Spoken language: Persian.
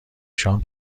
شام